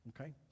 okay